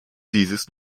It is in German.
dieses